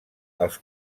als